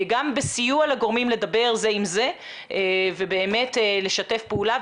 גם בסיוע לגורמים לדבר זה עם זה ובאמת לשתף פעולה,